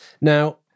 Now